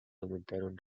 aumentaron